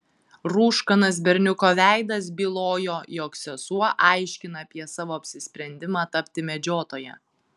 rūškanas berniuko veidas bylojo jog sesuo aiškina apie savo apsisprendimą tapti medžiotoja